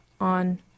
on